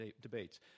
debates